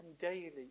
daily